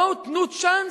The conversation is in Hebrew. בואו תנו צ'אנס,